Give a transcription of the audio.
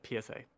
PSA